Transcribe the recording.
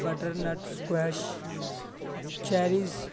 butter nuts squash cherries